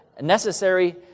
necessary